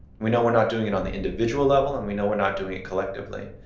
we know we're not doing it on the individual level, and we know we're not doing it collectively.